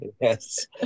yes